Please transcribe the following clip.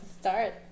start